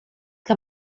que